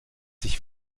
sich